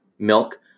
milk